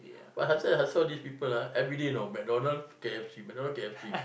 but saw all these people ah everyday you know McDonald K_F_C McDonald K_F_C